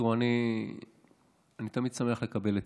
תראו, אני תמיד שמח לקבל עצות.